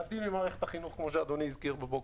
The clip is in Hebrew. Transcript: להבדיל ממערכת החינוך, כמו שאדוני הזכיר בבוקר.